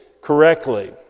correctly